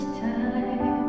time